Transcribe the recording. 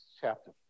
chapter